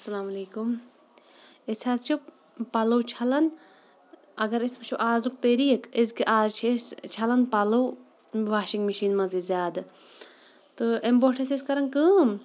اَسَلام علیکُم أسۍ حظ چھِ پَلَو چھَلان اَگَر أسۍ وٕچھو آزُک طریٖق أزکہِ آز چھِ أسۍ چھَلان پَلَو واشِنٛگ مِشیٖن مَنٛزٕے زیادٕ تہٕ امہِ برونٛٹھ ٲسۍ أسۍ کَران کٲم